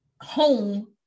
home